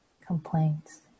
complaints